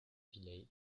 village